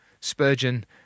Spurgeon